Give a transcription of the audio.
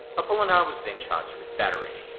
apolinar was then charged with battery.